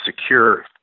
secure